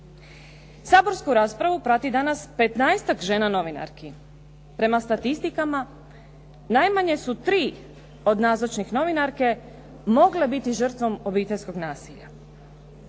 Saborsku raspravu prati danas 15-tak žena novinarki. Prema statistikama, najmanje su tri od nazočnih novinarki mogle biti žrtvom obiteljskog nasilja.